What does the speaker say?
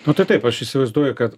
nu tai taip aš įsivaizduoju kad